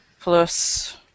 plus